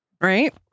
Right